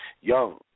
young